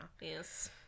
Yes